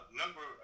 number